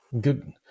good